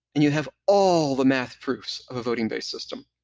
and you have all the math proofs of a voting based system.